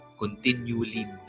continually